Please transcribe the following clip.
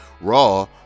raw